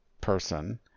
person